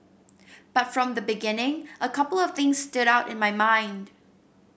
but from the beginning a couple of things stood out in my mind